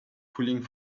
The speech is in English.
pulling